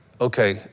okay